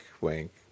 wink